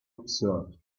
observed